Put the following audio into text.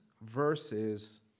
verses